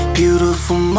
beautiful